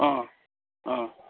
अँ अँ